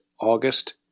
August